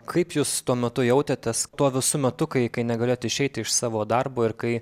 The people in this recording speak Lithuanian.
kaip jūs tuo metu jautėtės tuo visu metu kai kai negalėjot išeiti iš savo darbo ir kai